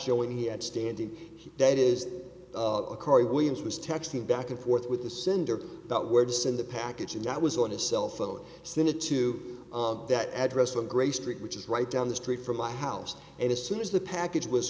showing he had standing that is williams was texting back and forth with the sender about where to send the package and that was on his cell phone cinna to that address on gray street which is right down the street from my house and as soon as the package was